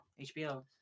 HBO